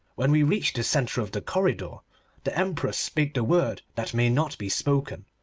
when we reached the centre of the corridor the emperor spake the word that may not be spoken,